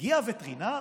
מגיע וטרינר